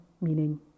meaning